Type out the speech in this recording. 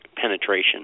penetration